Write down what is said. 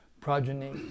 progeny